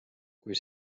kui